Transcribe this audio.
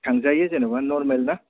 थांजायो जेनेबा नरमेल ना